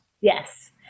Yes